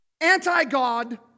anti-God